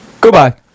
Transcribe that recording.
Goodbye